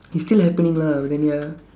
it's still happening lah but then ya